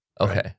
Okay